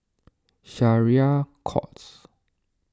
Syariah Courts